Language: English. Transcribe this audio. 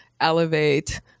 elevate